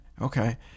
okay